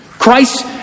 Christ